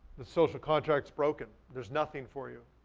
the social contract's broken. there's nothing for you.